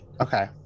Okay